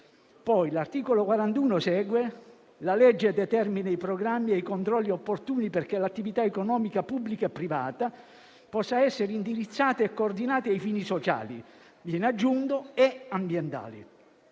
Poi prosegue: «La legge determina i programmi e i controlli opportuni perché l'attività economica pubblica e privata possa essere indirizzata e coordinata ai fini sociali». Viene aggiunto: «e ambientali».